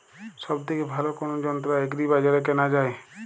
সব থেকে ভালো কোনো যন্ত্র এগ্রি বাজারে কেনা যায়?